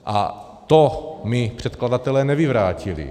A to mi předkladatelé nevyvrátili.